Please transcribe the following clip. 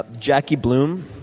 jackie blum